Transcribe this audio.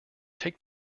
take